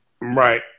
Right